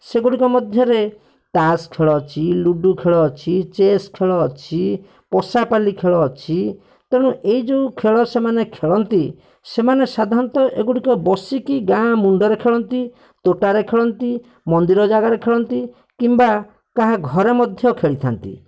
ସେଗୁଡ଼ିକ ମଧ୍ୟରେ ତାସ ଖେଳ ଅଛି ଲୁଡ଼ୁ ଖେଳ ଅଛି ଚେସ୍ ଖେଳ ଅଛି ପଶାପାଲି ଖେଳ ଅଛି ତେଣୁ ଏଇଯୋଉ ଖେଳ ସେମାନେ ଖେଳନ୍ତି ସେମାନେ ସାଧାରଣତଃ ଏଗୁଡ଼ିକ ବସିକି ଗାଁ ମୁଣ୍ଡରେ ଖେଳନ୍ତି ତୋଟାରେ ଖେଳନ୍ତି ମନ୍ଦିର ଜାଗାରେ ଖେଳନ୍ତି କିମ୍ବା କାହା ଘରେ ମଧ୍ୟ ଖେଳିଥାନ୍ତି